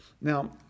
Now